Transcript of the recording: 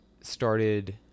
started